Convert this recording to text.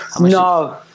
no